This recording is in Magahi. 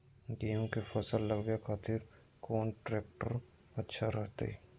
गेहूं के फसल लगावे खातिर कौन ट्रेक्टर अच्छा रहतय?